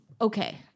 Okay